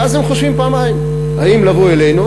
ואז הם חושבים פעמיים אם לבוא אלינו,